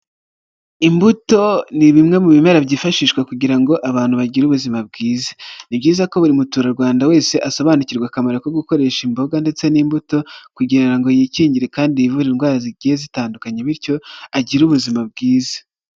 Imbuto ni bimwe mu bimera byifashishwa kugira ngo abantu bagire ubuzima bwiza, ni byiza ko buri muturarwanda wese asobanukirwe akamaro ko gukoresha imboga ndetse n'imbuto, kugira ngo yikingire kandi yivura indwara zigiye zitandukanye, bityo agire ubuzima bwiza.